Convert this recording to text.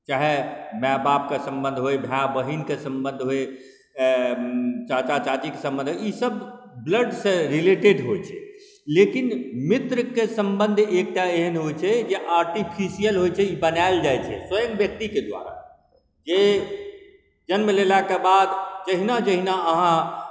चाहे माइ बापके सम्बन्ध होइ भाइ बहिनके सम्बन्ध होइ चाचा चाचीक सम्बन्ध होइ ई सब ब्लडसँ रिलेटेड होइ छै लेकिन मित्रके सम्बन्ध एकटा एहन होइ छै जे आर्टिफिशियल होइ छै ई बनाएल जाइ छै स्वयं व्यक्तिके द्वारा जे जन्म लेलाके बाद जहिना जहिना अहाँ